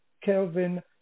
Kelvin